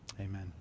amen